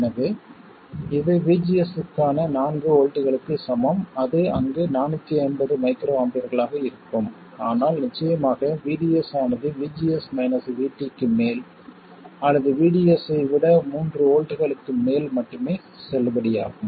எனவே இது VGS க்கான நான்கு வோல்ட்டுகளுக்குச் சமம் அது அங்கு 450 மைக்ரோஆம்பியர்களாக இருக்கும் ஆனால் நிச்சயமாக VDS ஆனது VGS மைனஸ் VT க்கு மேல் அல்லது VDS ஐ விட 3 வோல்ட்டுகளுக்கு மேல் மட்டுமே செல்லுபடியாகும்